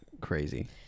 crazy